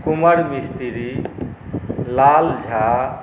Kunwar Mistri Lal Jha